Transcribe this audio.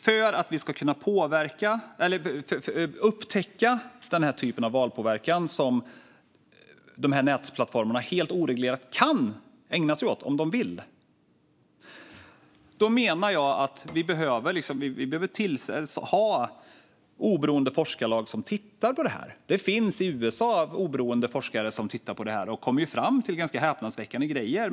För att vi ska kunna upptäcka den typ av valpåverkan som nätplattformarna helt oreglerat kan ägna sig åt om de vill menar jag att vi behöver ha oberoende forskarlag som tittar på det. I USA har oberoende forskare tittat på det och kommit fram till ganska häpnadsväckande grejer.